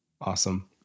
Awesome